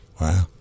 Wow